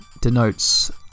denotes